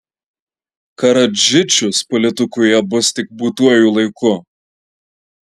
karadžičius politikoje bus tik būtuoju laiku